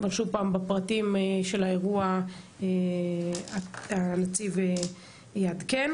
אבל שוב, בפרטים של האירוע הנציב יעדכן.